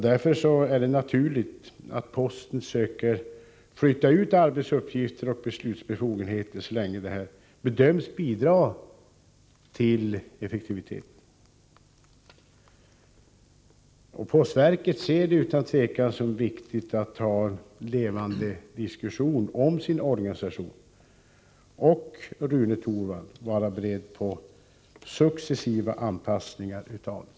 Därför är det naturligt att posten söker flytta ut arbetsuppgifter och beslutsbefogenheter så länge det bedöms bidra till effektiviteten. Postverket ser det utan tvivel som viktigt att ha en levande diskussion om sin organisation och att, Rune Torwald, vara beredd till successiva anpassningar av den.